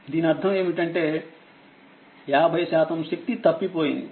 దీనర్థం ఏమిటంటే50 శాతం శక్తి తప్పి పోయింది